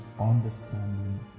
understanding